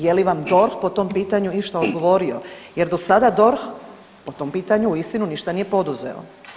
Je li vam DORH po tom pitanju išta odgovorio jer dosada DORH po tom pitanju uistinu ništa nije poduzeo.